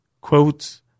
quotes